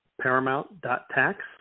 paramount.tax